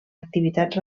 activitats